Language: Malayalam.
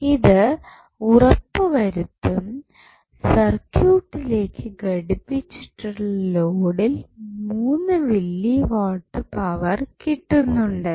ഇത് ഉറപ്പുവരുത്തും സർക്യൂട്ടിലേക്ക് ഘടിപ്പിച്ചിട്ടുള്ള ലോഡിൽ 3 മില്ലി വാട്ട് പവർ കിട്ടുന്നുണ്ടെന്ന്